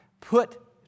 Put